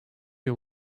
you